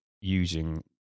using